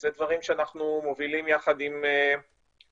אלה דברים שאנחנו מובילים יחד עם הטכניון,